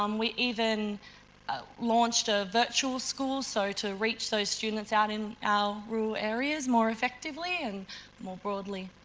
um we even ah launched a virtual school so to reach those students out in our rural areas more effectively and more broadly.